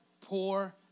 poor